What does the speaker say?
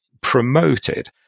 promoted